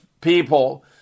people